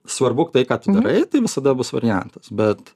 svarbu tai ką tu darai tai visada bus variantas bet